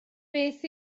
beth